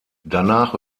danach